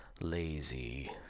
lazy